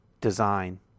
design